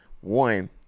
one